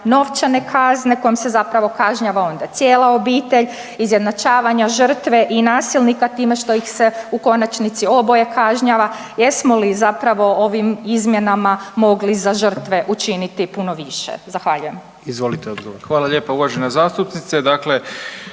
novčane kazne kojom se zapravo kažnjava onda cijela obitelj, izjednačavanje žrtva i nasilnika time što ih se u konačnici oboje kažnjava. Jesmo li zapravo ovim izmjenama mogli za žrtva učiniti puno više? Zahvaljujem. **Jandroković, Gordan (HDZ)** Izvolite